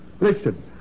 Listen